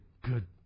good